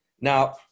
Now